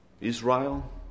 Israel